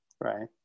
Right